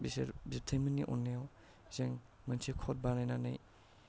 बिसोर बिबथैमोननि अननायाव जों मोनसे कट बानायनानै